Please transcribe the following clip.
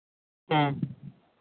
ᱦᱮᱸ